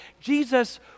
Jesus